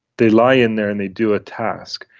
they lie in there and they do a task.